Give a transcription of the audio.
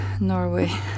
Norway